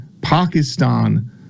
Pakistan